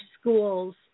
schools